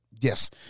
Yes